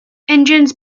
engines